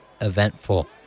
eventful